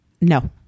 no